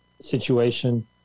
situation